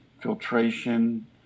filtration